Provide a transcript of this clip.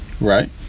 Right